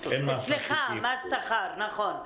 סליחה, מס שכר, נכון.